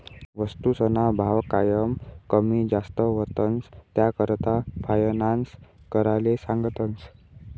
वस्तूसना भाव कायम कमी जास्त व्हतंस, त्याकरता फायनान्स कराले सांगतस